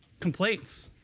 complaints?